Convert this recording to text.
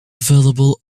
available